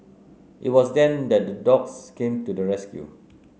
it was then that dogs came to the rescue